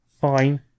Fine